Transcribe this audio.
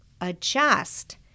adjust